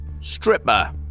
Stripper